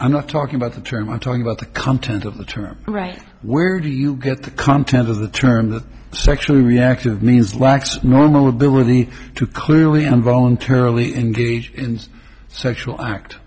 i'm not talking about the term i'm talking about the content of the term right where do you get the content of the term that sexually reactive means lacks normal ability to clearly and voluntarily engage in sexual act